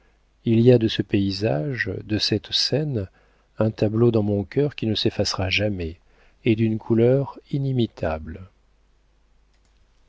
il y a de ce paysage de cette scène un tableau dans mon cœur qui ne s'effacera jamais et d'une couleur inimitable